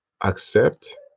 accept